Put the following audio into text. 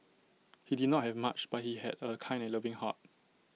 he did not have much but he had A kind and loving heart